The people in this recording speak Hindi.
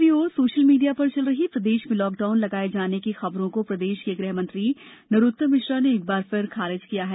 दूसरी ओर सोशल मीडिया पर चल रही प्रदेश में लॉकडाउन लगाए जाने की खबरों को प्रदेश के गृहमंत्री नरोत्तम मिश्रा ने एक बार फिर खारिज किया है